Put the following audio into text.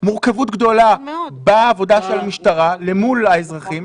מורכבות גדולה בעבודה של המשטרה אל מול האזרחים.